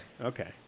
Okay